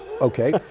Okay